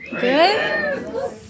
Good